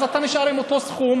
אז אתה נשאר עם אותו סכום,